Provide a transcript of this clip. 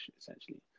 essentially